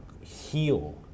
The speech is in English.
heal